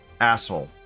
Asshole